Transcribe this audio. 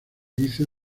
dice